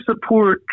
support